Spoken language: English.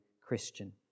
Christian